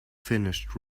finished